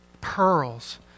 pearls